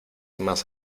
más